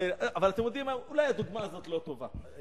אתם יודעים מה, אולי הדוגמה הזאת לא טובה.